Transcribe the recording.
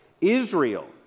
Israel